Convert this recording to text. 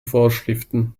vorschriften